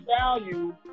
value